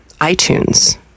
iTunes